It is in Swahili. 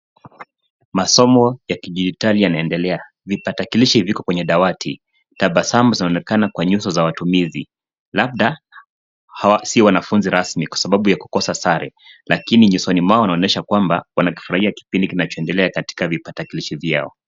Masomo ya kidigitali yanaendelea, vipatakilishi viko kwenye dawati. Tabasamu zinaonekana kwenye nyuso za watumizi. Labda hawa sii wanafunzi rasmi kwa kukosa sare lakini jusoni mwao wanaonyesha kwamba wanakifurahia kipindi kinachoendelea katika vipatakilishi vyao.